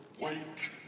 White